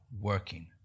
working